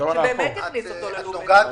שבאמת יכניס אותו ללופ הזה.